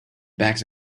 bags